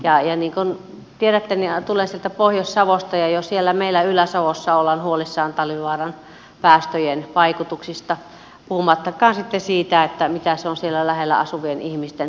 ja niin kuin tiedätte tulen sieltä pohjois savosta ja jo siellä meillä ylä savossa ollaan huolissaan talvivaaran päästöjen vaikutuksista puhumattakaan sitten siitä mitä se on siellä lähellä asuvien ihmisten elämään tuonut